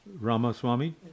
Ramaswamy